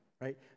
right